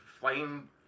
flame